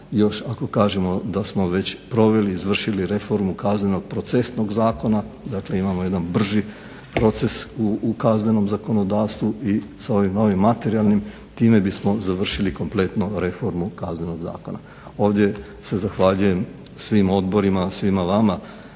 ako kažemo da smo već proveli, izvršili reformu kaznenog procesnog zakona. Dakle, imamo jedan brži proces u kaznenom zakonodavstvu i sa ovim novim materijalnim time bismo završili kompletno reformu Kaznenog zakona. Ovdje se zahvaljujem svim odborima, svima vama